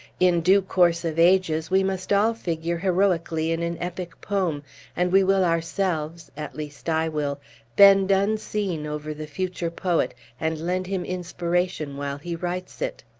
in due course of ages, we must all figure heroically in an epic poem and we will ourselves at least, i will bend unseen over the future poet, and lend him inspiration while he writes it.